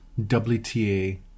WTA